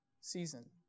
season